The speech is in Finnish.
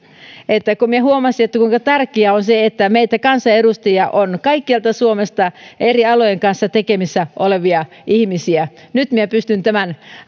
kun minä huomasin kuinka tärkeää on se että meitä kansanedustajia on kaikkialta suomesta ja eri alojen kanssa tekemisissä olevia ihmisiä nyt minä pystyn tämän